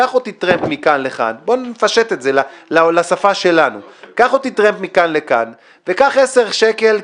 קח אותי טרמפ מכאן לכאן בואו נפשט את זה לשפה שלנו וקח עשרה שקלים,